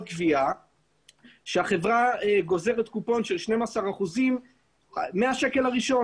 גבייה שהחברה גוזרת קופון של 12% החל מהשקל הראשון.